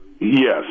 Yes